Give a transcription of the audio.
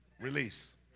release